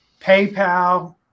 PayPal